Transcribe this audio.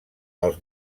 els